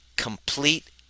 complete